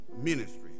ministry